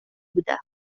بودم